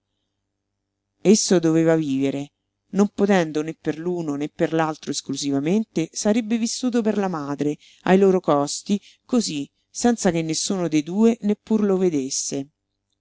esso doveva vivere non potendo né per l'uno né per l'altro esclusivamente sarebbe vissuto per la madre ai loro costi cosí senza che nessuno de due neppur lo vedesse